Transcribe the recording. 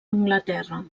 anglaterra